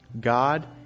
God